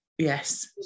Yes